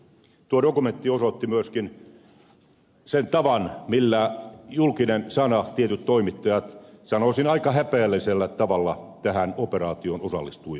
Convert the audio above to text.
tuo dokumentti osoitti myöskin sen tavan millä julkinen sana tietyt toimittajat sanoisin aika häpeällisellä tavalla tähän operaatioon osallistui